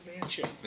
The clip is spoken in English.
mansion